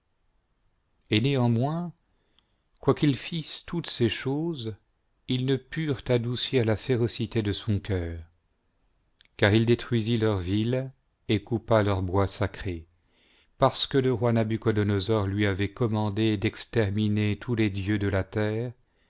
et néanmoins quoiqu'ils lissent toutes ces choses ils ne purent adoucir la férocité de son cœur car il détruisit leurs villes et coupa leurs bois sacrés parce que le roi nabuchodonosor lui avait commandé d'exterminer tous les dieux de la terre